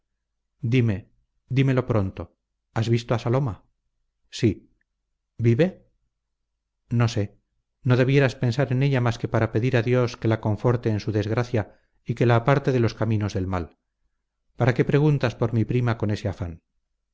dime dímelo pronto has visto a saloma sí vive no sé no debieras pensar en ella más que para pedir a dios que la conforte en su desgracia y que la aparte de los caminos del mal para qué preguntas por mi prima con ese afán